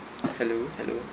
hello hello